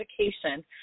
education